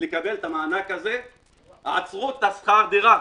לקבל את המענק הזה עצרו את הסיוע בתשלום שכר הדירה.